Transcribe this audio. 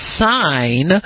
sign